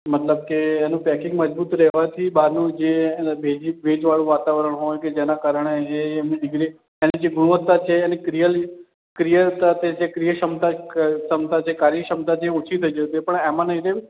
મતલબ કે એનું પૅકિંગ મજબૂત રહેવાથી બહારનું જે ભેજવાળું વાતાવરણ હોય કે જેનાં કારણે એની ડીગ્રી એની જે ગુણવત્તા છે એની ક્રિયલી ક્રિયાતા જે છે ક્રિયક્ષમતા છે કાર્યક્ષમતા જે ઓછી થઇ જતી હોય છે પણ આમાં નહીં થાય